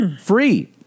free